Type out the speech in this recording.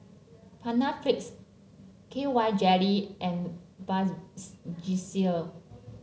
Panaflex KY Jelly and Vasgisil